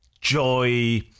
joy